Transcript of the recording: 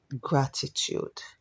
gratitude